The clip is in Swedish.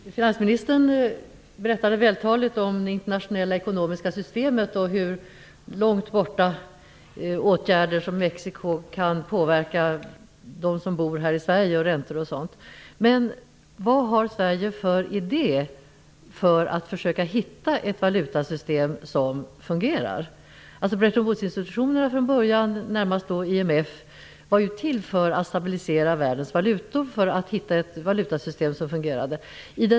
Fru talman! Finansministern berättade vältaligt om det internationella ekonomiska systemet och hur åtgärder så långt borta som i Mexico kan påverka de som bor här i Sverige, räntorna osv. Vad har Sverige för idé när det gäller att försöka hitta ett valutasystem som fungerar? Bretton Woods-institutionerna, närmast IMF, var till för att stabilisera världens valutor och hitta ett valutasystem som fungerade.